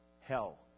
hell